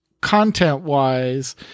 content-wise